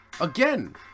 Again